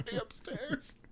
upstairs